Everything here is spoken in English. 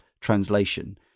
translation